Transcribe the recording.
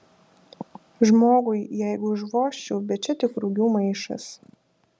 žmogui jeigu užvožčiau bet čia tik rugių maišas